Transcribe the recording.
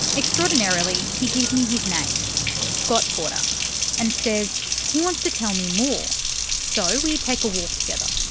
extraordinarily he gives me his name scott porter and says he wants to tell me more so we take a walk together.